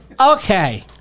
Okay